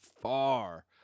far